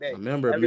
Remember